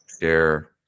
share